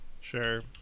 Sure